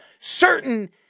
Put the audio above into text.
certain